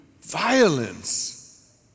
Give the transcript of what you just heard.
violence